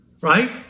right